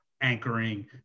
anchoring